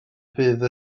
bydd